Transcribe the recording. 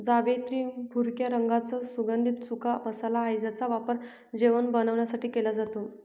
जावेत्री भुरक्या रंगाचा सुगंधित सुका मसाला आहे ज्याचा वापर जेवण बनवण्यासाठी केला जातो